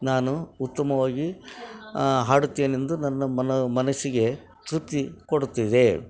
ನಾನು ಉತ್ತಮವಾಗಿ ಹಾಡುತ್ತೇನೆಂದು ನನ್ನ ಮನ ಮನಸ್ಸಿಗೆ ತೃಪ್ತಿ ಕೊಡುತ್ತಿದೆ